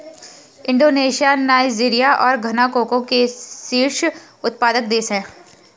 Indonesia Nigeria और Ghana cocoa के शीर्ष उत्पादक देश हैं